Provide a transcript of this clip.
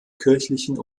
kirchlichen